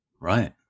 Right